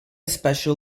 special